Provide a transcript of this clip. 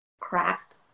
cracked